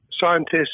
Scientists